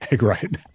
Right